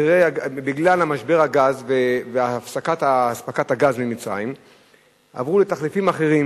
בגלל משבר הגז והפסקת אספקת הגז ממצרים עברו לתחליפים אחרים